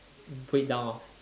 put it down lor